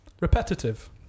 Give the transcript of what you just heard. repetitive